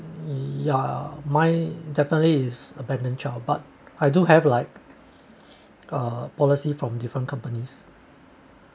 ya my definitely is abandoned child but I do have like uh policy from different companies